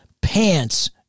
pants